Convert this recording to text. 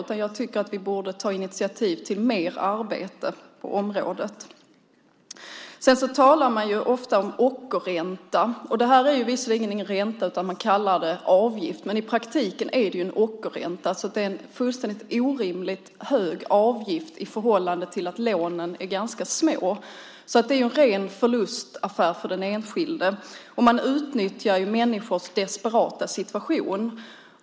Jag tycker att vi borde ta initiativ till mer arbete på området. Man talar ofta om ockerränta. Det här är visserligen ingen ränta, utan man kallar det avgift, men i praktiken är det en ockerränta. Det är en fullständigt orimligt hög avgift i förhållande till att lånen är ganska små. Det är en ren förlustaffär för den enskilde. Man utnyttjar människors desperata situation.